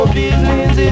business